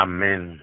Amen